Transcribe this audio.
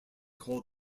called